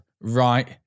right